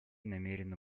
намерена